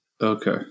Okay